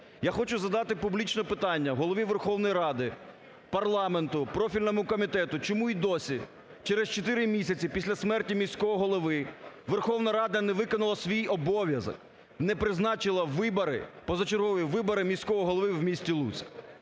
Я хочу задати публічно питання Голові Верховної Ради, парламенту, профільному комітету, чому і досі через 4 місяці після смерті міського голови Верховна Рада не виконала свій обов'язок, не призначила вибори, позачергові вибори міського голови в місті Луцьк.